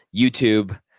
youtube